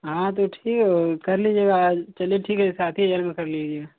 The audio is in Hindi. हाँ तो ठीक है कर लीजिएगा आज चलिए ठीक है सात ही हजार में कर लीजिए